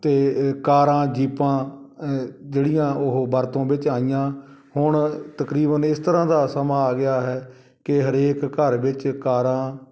ਅਤੇ ਅ ਕਾਰਾਂ ਜੀਪਾਂ ਅ ਜਿਹੜੀਆਂ ਉਹ ਵਰਤੋਂ ਵਿੱਚ ਆਈਆਂ ਹੁਣ ਤਕਰੀਬਨ ਇਸ ਤਰ੍ਹਾਂ ਦਾ ਸਮਾਂ ਆ ਗਿਆ ਹੈ ਕਿ ਹਰੇਕ ਘਰ ਵਿੱਚ ਕਾਰਾਂ